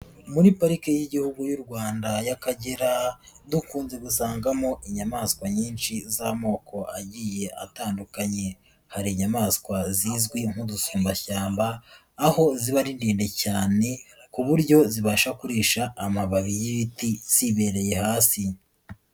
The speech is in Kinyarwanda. Muri parike y'igihugu y'u Rwanda y'Akagera dukunze dusangamo inyamaswa nyinshi z'amoko agiye atandukanye, hari inyamaswa zizwi nk'udusumbashyamba aho ziba arinde cyane ku buryo zibasha kurisha amababi y'ibiti zibereye hasi.